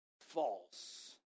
false